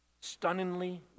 stunningly